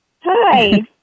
Hi